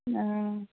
অঁ